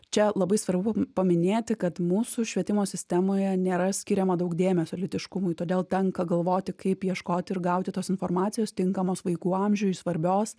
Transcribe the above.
čia labai svarbu paminėti kad mūsų švietimo sistemoje nėra skiriama daug dėmesio lytiškumui todėl tenka galvoti kaip ieškoti ir gauti tos informacijos tinkamos vaikų amžiui svarbios